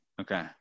Okay